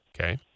Okay